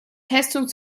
testung